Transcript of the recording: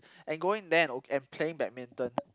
and going there and on~ and playing badminton